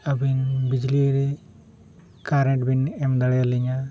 ᱟᱹᱵᱤᱱ ᱵᱤᱡᱽᱞᱤ ᱠᱟᱨᱮᱱᱴ ᱵᱤᱱ ᱮᱢ ᱫᱟᱲᱮᱭᱟᱞᱤᱧᱟᱹ